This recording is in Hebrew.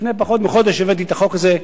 לפני פחות מחודש הבאתי את החוק הזה,